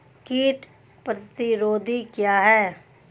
कीट प्रतिरोधी क्या है?